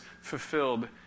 fulfilled